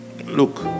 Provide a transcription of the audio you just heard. look